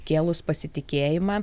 kėlus pasitikėjimą